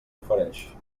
ofereix